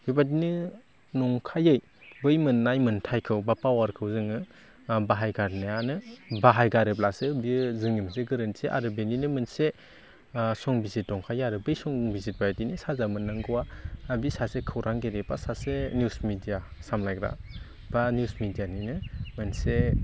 बेबायदिनो नंखायै बै मोननाय मोन्थायखौ बा पावारखौ जोङो बाहायगारनायानो बाहायगारोब्लासो बियो जोंनि मोनसे गोरोन्थि आरो बेनिनो मोनसे संबिजिद दंखायो आरो बे संबिजिद बायदिनो साजा मोननांगौवा दा बे सासे खौरांगिरि बा सासे निउस मेदिया सामलायग्रा बा निउस मेदियानिनो मोनसे